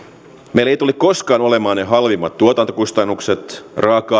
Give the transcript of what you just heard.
meillä ei tule koskaan olemaan niitä halvimpia tuotantokustannuksia raaka